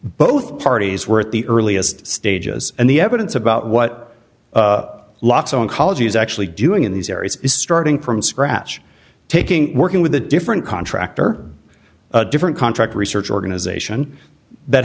both parties were at the earliest stages and the evidence about what lots o ecology is actually doing in these areas is starting from scratch taking working with a different contractor different contract research organisation that